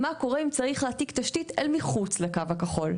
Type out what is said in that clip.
מה קורה אם צריך להעתיק תשתית אל מחוץ לקו הכחול.